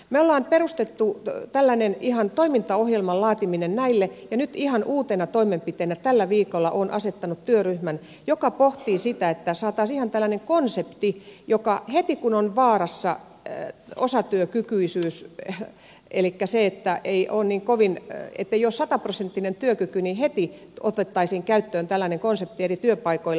me olemme perustaneet tällaisen ihan toimintaohjelman laatimisen näille ja nyt ihan uutena toimenpiteenä tällä viikolla olen asettanut työryhmän joka pohtii sitä että saataisiin ihan tällainen konsepti joka heti kun on vaarassa osatyökykyisyys elikkä se että ei ole sataprosenttinen työkyky otettaisiin käyttöön eri työpaikoilla